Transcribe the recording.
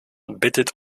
bittet